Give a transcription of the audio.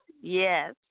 yes